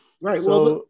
right